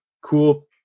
cool